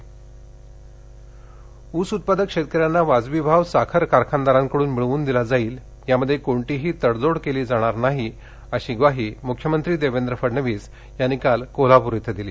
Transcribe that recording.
मख्यमंत्री ऊस उत्पादक शेतकऱ्यांना वाजवी भाव साखर कारखानदारांकडून मिळवून दिला जाईल यामध्ये कोणतीही तडजोड केली जाणार नाही अशी स्पष्ट ग्वाही मुख्यमंत्री देवेंद्र फडणवीस यांनी काल कोल्हापुरात दिली